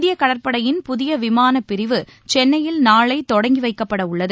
இந்திய கடற்படையின் புதிய விமானப் பிரிவு சென்னையில் நாளை தொடங்கி வைக்கப்படவுள்ளது